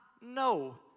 No